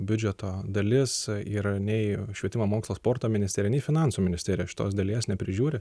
biudžeto dalis ir nei švietimo mokslo sporto ministerija nei finansų ministerija šitos dalies neprižiūri